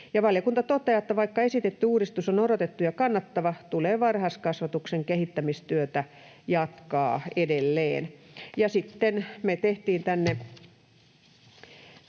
valiokunta toteaa, että ”vaikka esitetty uudistus on odotettu ja kannatettava, tulee varhaiskasvatuksen kehittämistyötä jatkaa edelleen”.